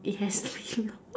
yes did you know